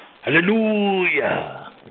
hallelujah